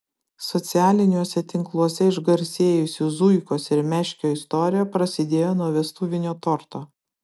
socialiniuose tinkluose išgarsėjusių zuikos ir meškio istorija prasidėjo nuo vestuvinio torto